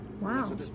Wow